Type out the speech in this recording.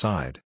Side